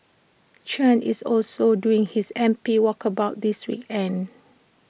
Chen is also doing his M P walkabouts this weekend